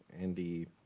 Andy